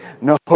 No